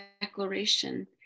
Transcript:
declaration